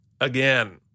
again